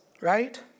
Right